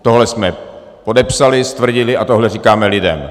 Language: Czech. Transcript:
Tohle jsme podepsali, stvrdili a tohle říkáme lidem.